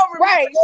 right